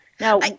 Now